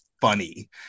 funny